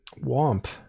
WOMP